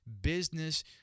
business